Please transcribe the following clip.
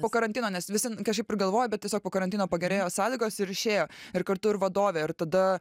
po karantino nes visi kažkaip ir galvojo bet tiesiog po karantino pagerėjo sąlygos ir išėjo ir kartu ir vadovė ir tada